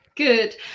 Good